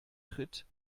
tritt